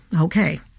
Okay